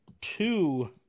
two